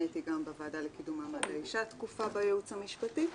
הייתי גם בוועדה לקידום מעמד האישה תקופה בייעוץ המשפטי.